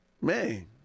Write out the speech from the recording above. man